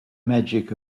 magic